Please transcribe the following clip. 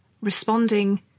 responding